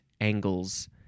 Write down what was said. angles